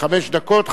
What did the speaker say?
חמש דקות,